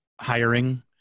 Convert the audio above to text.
hiring